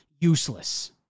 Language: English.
useless